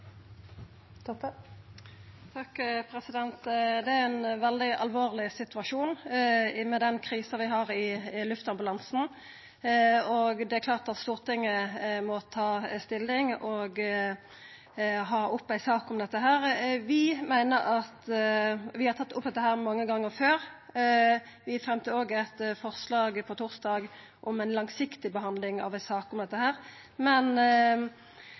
å legge opp til en veldig rask behandling. Det er ein veldig alvorleg situasjon vi har med krisa i luftambulansen. Det er klart at Stortinget må ta stilling og ha ei sak om dette. Vi har tatt opp dette mange gonger før. Vi fremja òg eit forslag på torsdag om ei langsiktig behandling av ei sak om dette.